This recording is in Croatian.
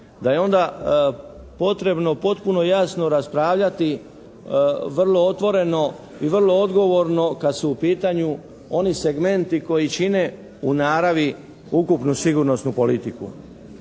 da je onda potrebno potpuno jasno raspravljati vrlo otvoreno i vrlo odgovorno kada su u pitanju oni segmenti koji čine u naravi ukupnu sigurnosnu politiku.